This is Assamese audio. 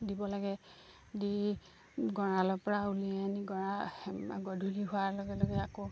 দিব লাগে দি গঁৰালৰপৰা উলিয়াই আনি গধূলি হোৱাৰ লগে লগে আকৌ